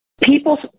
people